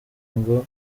ngo